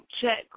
check